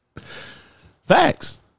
Facts